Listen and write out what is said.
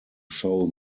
show